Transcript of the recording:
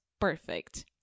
perfect